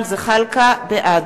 בעד